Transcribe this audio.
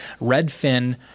Redfin